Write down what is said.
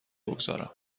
بگذارم